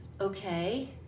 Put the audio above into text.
okay